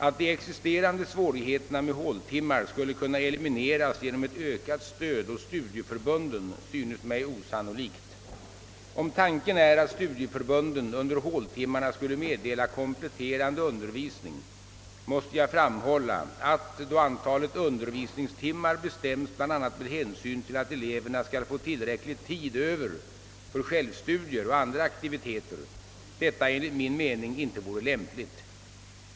Att de existerande svårigheterna med håltimmar skulle kunna elimineras genom ett ökat stöd åt studieförbunden synes mig osannolikt. Om tanken är att studieförbunden under håltimmarna skulle meddela kompletterande undervisning, måste jag framhålla att, då antalet undervisningstimmar «bestämts bl.a. med hänsyn till att eleverna skall få tillräcklig tid över för självstudier och andra aktiviteter, detta enligt min mening inte vore lämpligt.